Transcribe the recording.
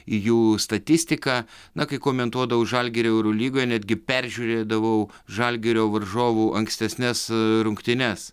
į jų statistiką na kai komentuodavau žalgirio eurolygoje netgi peržiūrėdavau žalgirio varžovų ankstesnes rungtynes